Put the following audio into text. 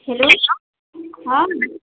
hello ହଁ